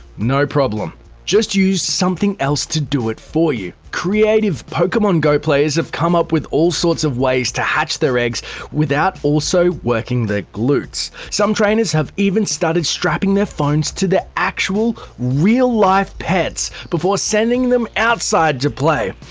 no problem just use something else to do it for you! creative pokemon go players have come up with all sorts of ways to hatch their eggs without also working their glutes. some trainers have even started strapping their phones to their actual, real-life pets before sending them outside to play.